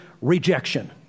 rejection